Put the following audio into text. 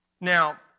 Now